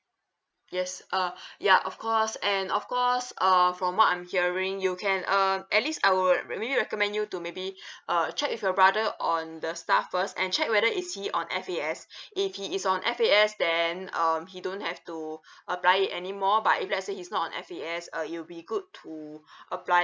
yes uh ya of course and of course um from what I'm hearing you can uh alice I would really recommend you to maybe uh check with your brother on the stuff first and check whether if he on F_A_S if he is on F_A_S then um he don't have to apply it anymore but if let's say he's not on F_A_S uh it will be good to apply